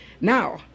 now